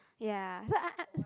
ya so I I